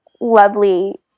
lovely